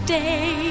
day